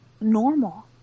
normal